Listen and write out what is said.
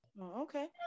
Okay